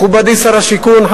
מכובדי שר השיכון,